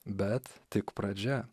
bet tik pradžia